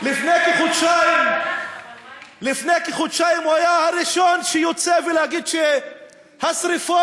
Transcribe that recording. לפני כחודשיים הוא היה הראשון שיצא להגיד שהשרפות